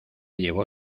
llevó